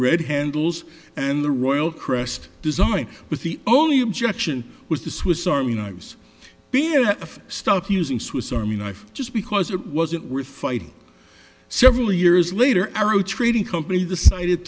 red handles and the royal crest design with the only objection was the swiss army knives beer stuck using swiss army knife just because it wasn't worth fighting several years later arrow trading company decided